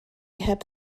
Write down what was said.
heb